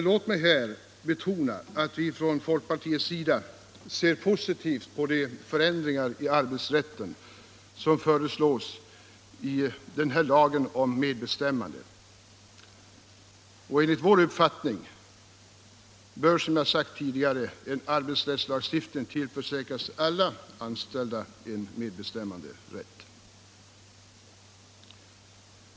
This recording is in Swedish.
Låt mig här betona att vi från folkpartiets sida ser positivt på de förändringar i arbetsrätten som föreslås i denna lag om medbestämmande, och enligt vår uppfattning bör, som jag sagt tidigare, en arbetsrättslagstiftning tillförsäkra alla anställda en medbestämmanderätt.